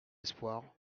espoir